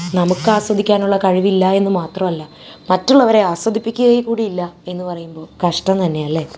നമുക്ക് ആസ്വദിക്കാനുള്ള കഴിവില്ല എന്നുമാത്രല്ല മറ്റുള്ളവരെ ആസ്വദിപ്പിക്കുക കൂടിയില്ല എന്നു പറയുമ്പോൾ കഷ്ടം തന്നെയല്ലേ